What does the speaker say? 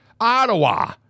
ottawa